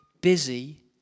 busy